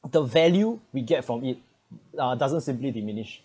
the value we get from it uh doesn't simply diminished